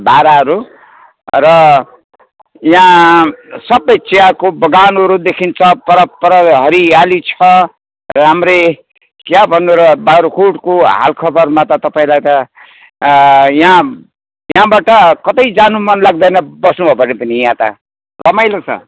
भाडाहरू र यहाँ सबै चियाको बगानहुरू देखिन्छ परपर हरियाली छ राम्रै क्या भन्नु र बाग्राकोटको हालखबरमा त तपाईँलाई त यहाँ यहाँबाट कतै जानु मन लाग्दैन बस्नु हो भने पनि यहाँ त रमाइलो छ